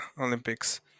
Olympics